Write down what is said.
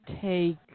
take